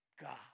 God